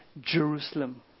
Jerusalem